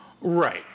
Right